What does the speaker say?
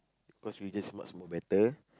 cause religious much more better